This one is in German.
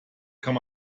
kann